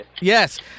Yes